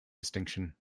distinction